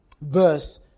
verse